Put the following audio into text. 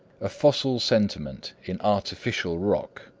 a fossil sentiment in artificial rock.